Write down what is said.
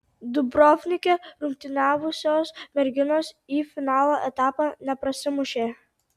dubrovnike rungtyniavusios merginos į finalo etapą neprasimušė